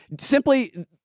simply